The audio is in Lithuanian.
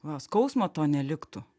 va skausmo to neliktų